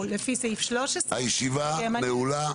הישיבה נעולה.